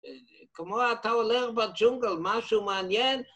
כמו אתה הולך בג'ונגל, משהו מעניין?